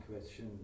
question